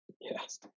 Yes